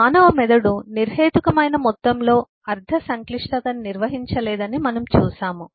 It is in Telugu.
మానవ మెదడు నిర్హేతుకమైన మొత్తంలో అర్థ సంక్లిష్టతను నిర్వహించలేదని మనము చూశాము